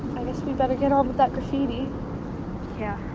i guess we better get on with that graffiti yeah,